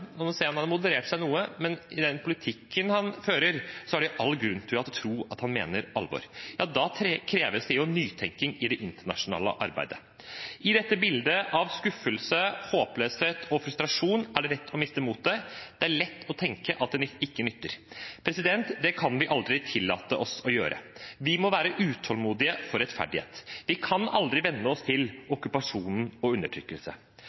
noen palestinsk stat. Det var et brutalt ærlig utspill fra Israels statsminister, og dersom han mener alvor – nå ser jeg at han har moderert seg noe, men med den politikken han fører, er det jo all grunn til å tro at han mener alvor – kreves det nytenking i det internasjonale arbeidet. I dette bildet av skuffelse, håpløshet og frustrasjon er det lett å miste motet, det er lett å tenke at det ikke nytter. Det kan vi aldri tillate oss å gjøre. Vi må være utålmodige for rettferdighet. Vi kan aldri